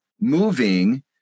moving